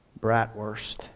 Bratwurst